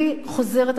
אני חוזרת,